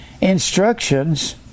instructions